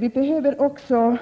Det behövs också